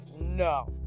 No